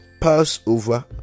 Passover